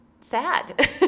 sad